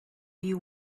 you